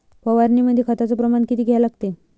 फवारनीमंदी खताचं प्रमान किती घ्या लागते?